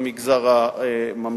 אם במגזר הממלכתי,